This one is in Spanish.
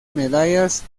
medallas